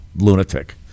lunatic